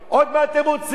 מה אתם רוצים עוד?